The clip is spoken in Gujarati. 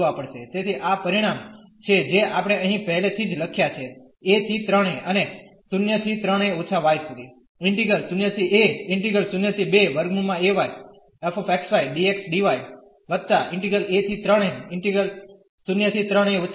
તેથી આ પરિણામ છે જે આપણે અહીં પહેલેથી જ લખ્યા છે a થી 3 a અને 0 થી 3 a− y સુધી